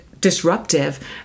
disruptive